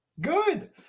Good